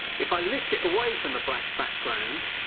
if i lift it away from the black background